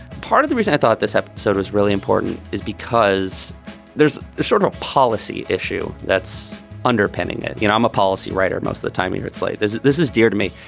part of the reason i thought this episode was really important is because there's this sort of policy issue that's underpinning it. you know, i'm a policy writer most of the time here at slate. this is dear to me.